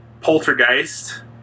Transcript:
Poltergeist